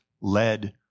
led